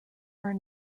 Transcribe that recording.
were